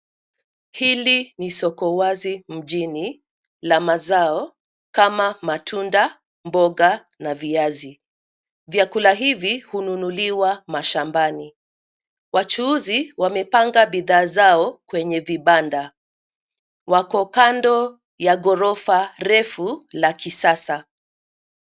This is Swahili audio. Hili ni soko wazi mjini, la mazao, kama matunda, mboga na viazi. Vyakula hivi hununuliwa mashambani. Wachuuzi wamepanga bidhaa zao kwenye vibanda. Wako kando, ya ghorofa refu la kisasa.